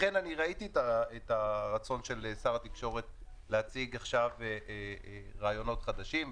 לכן אני ראיתי את הרצון של שר התקשורת להציג עכשיו רעיונות חדשים,